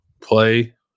play